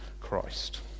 christ